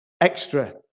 Extra